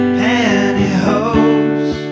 pantyhose